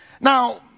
Now